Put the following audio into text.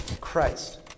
Christ